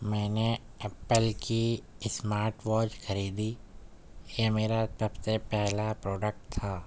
میں نے ایپل کی اسمارٹ واچ خریدی یہ میرا سب سے پہلا پروڈکٹ تھا